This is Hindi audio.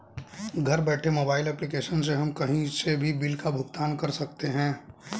घर बैठे मोबाइल एप्लीकेशन से हम कही से भी बिल का भुगतान कर सकते है